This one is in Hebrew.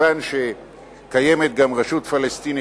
מכיוון שקיימת גם רשות פלסטינית,